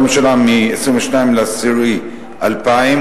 החלטה מ-22.10.2000.